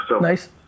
nice